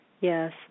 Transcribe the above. yes